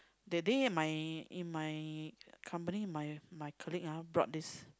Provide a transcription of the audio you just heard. that day in my in my company my my colleague ah brought this